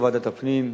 או ועדת הפנים,